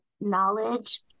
knowledge